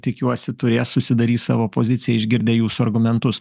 tikiuosi turės susidarys savo poziciją išgirdę jūsų argumentus